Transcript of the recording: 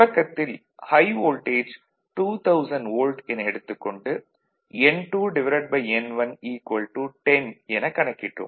தொடக்கத்தில் high voltage 2000 volt என எடுத்துக் கொண்டு N2 N1 10 என கணக்கிட்டோம்